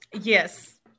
Yes